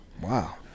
wow